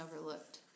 overlooked